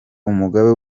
umugaba